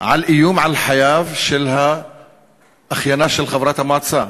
על איום על חייו של אחיינה של חברת המועצה.